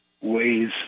ways